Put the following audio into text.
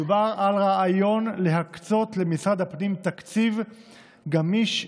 מדובר על רעיון להקצות למשרד הפנים תקציב גמיש,